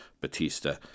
Batista